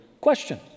question